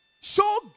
show